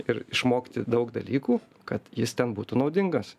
ir išmokti daug dalykų kad jis ten būtų naudingas